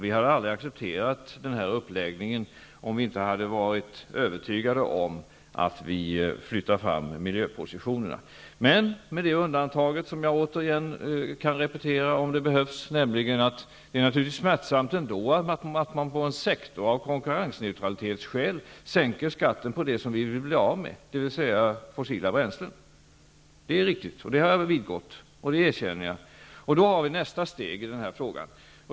Vi hade aldrig accepterat den här uppläggningen, om vi inte hade varit övertygade om att vi flyttar fram miljöpositionerna, men med det undantaget -- jag upprepar det -- att vi på en sektor av konkurrensneutralitetsskäl sänker skatten på det som vi vill bli av med, dvs. fossila bränslen. Det är naturligtvis smärtsamt, det erkänner jag. Då är vi inne på nästa steg i denna fråga.